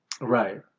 Right